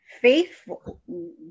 faithful